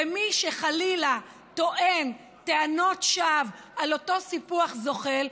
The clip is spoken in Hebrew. ומי שחלילה טוען טענות שווא על אותו סיפוח זוחל,